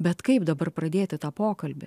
bet kaip dabar pradėti tą pokalbį